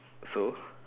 so